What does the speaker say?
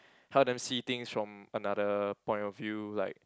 help them see things from another point of view like